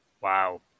wow